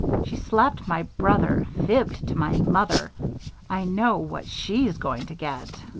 she slapped my brother, fibbed to my mother i know what she's going to get.